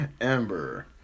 Amber